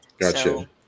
Gotcha